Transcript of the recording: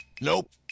Nope